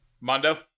Mondo